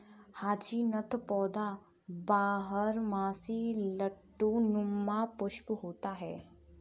hyacinth पौधा बारहमासी लट्टू नुमा पुष्प होता है